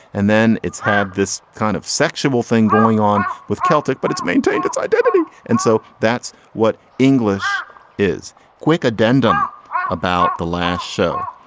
and then it's had this kind of sexual thing going on with celtic, but it's maintained its identity. and so that's what english is quick addendum about the last show,